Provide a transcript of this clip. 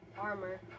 Armor